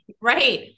Right